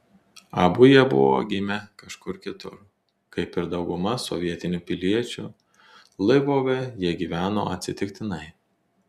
abu jie buvo gimę kažkur kitur kaip ir dauguma sovietinių piliečių lvove jie gyveno atsitiktinai